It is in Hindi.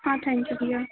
थैंक्यू भैया